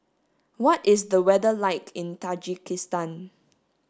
what is the weather like in Tajikistan